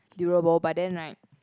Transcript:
durable but then right